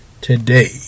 today